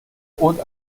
und